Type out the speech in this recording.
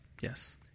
Yes